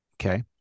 Okay